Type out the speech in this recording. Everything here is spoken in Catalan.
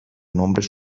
nombres